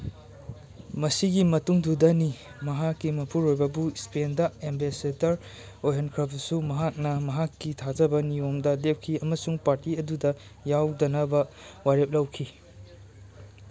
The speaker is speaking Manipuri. ꯃꯁꯤꯒꯤ ꯃꯇꯨꯡꯗꯨꯗꯅꯤ ꯃꯍꯥꯛꯀꯤ ꯃꯄꯨꯔꯣꯏꯕꯕꯨ ꯏꯁꯄꯦꯟꯗ ꯑꯦꯝꯕꯦꯁꯦꯗꯔ ꯑꯣꯏꯍꯟꯈ꯭ꯔꯕꯁꯨ ꯃꯍꯥꯛꯅ ꯃꯍꯥꯛꯀꯤ ꯊꯥꯖꯕ ꯅꯤꯌꯣꯝꯗ ꯂꯦꯞꯈꯤ ꯑꯃꯁꯨꯡ ꯄꯥꯔꯇꯤ ꯑꯗꯨꯗ ꯌꯥꯎꯗꯅꯕ ꯋꯥꯔꯦꯞ ꯂꯧꯈꯤ